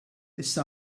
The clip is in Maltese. issa